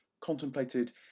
contemplated